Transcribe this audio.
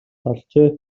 олжээ